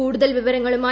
കൂടുതൽ വിവരങ്ങളുമായി